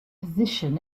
position